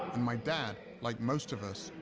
and my dad, like most of us,